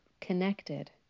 connected